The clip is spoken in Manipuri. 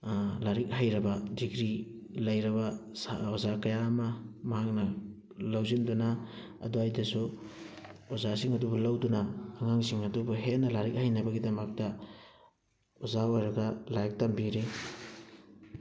ꯂꯥꯏꯔꯤꯛ ꯍꯩꯔꯕ ꯗꯤꯒ꯭ꯔꯤ ꯂꯩꯔꯕ ꯑꯣꯖꯥ ꯀꯌꯥ ꯑꯃ ꯃꯍꯥꯛꯅ ꯂꯧꯁꯤꯟꯗꯨꯅ ꯑꯗꯨꯋꯥꯏꯗꯁꯨ ꯑꯣꯖꯥꯁꯤꯡ ꯑꯗꯨꯕꯨ ꯂꯧꯗꯨꯅ ꯑꯉꯥꯡꯁꯤꯡ ꯑꯗꯨꯕꯨ ꯍꯦꯟꯅ ꯂꯥꯏꯔꯤꯛ ꯍꯩꯅꯕꯒꯤꯗꯃꯛꯇ ꯑꯣꯖꯥ ꯑꯣꯏꯔꯒ ꯂꯥꯏꯔꯤꯛ ꯇꯝꯕꯤꯔꯤ